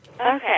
Okay